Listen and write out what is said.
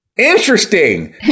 Interesting